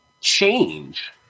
change